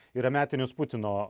yra metinis putino